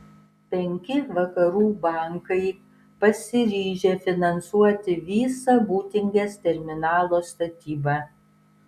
penki vakarų bankai pasiryžę finansuoti visą būtingės terminalo statybą